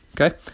okay